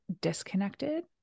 disconnected